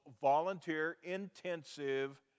volunteer-intensive